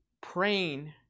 praying